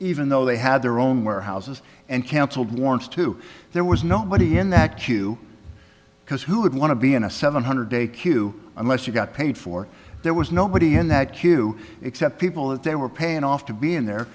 even though they had their own warehouses and canceled warrants too there was nobody in that queue because who would want to be in a seven hundred day queue unless you got paid for there was nobody in that queue except people that they were paying off to be in their